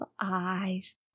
eyes